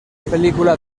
película